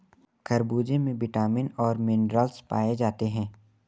खरबूजे में विटामिन और मिनरल्स पाए जाते हैं